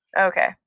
okay